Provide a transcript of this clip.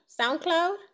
SoundCloud